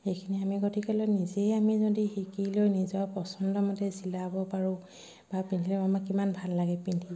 এইখিনি আমি গতিকেলৈ নিজেই আমি যদি শিকি লৈ নিজৰ পচন্দমতে চিলাব পাৰোঁ বা পিন্ধিলে আমাক কিমান ভাল লাগে পিন্ধি